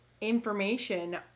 information